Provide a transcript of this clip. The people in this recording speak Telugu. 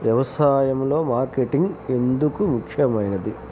వ్యసాయంలో మార్కెటింగ్ ఎందుకు ముఖ్యమైనది?